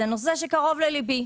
זה נושא שקרוב לליבי.